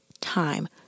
time